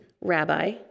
Rabbi